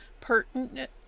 pertinent